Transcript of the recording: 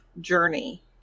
journey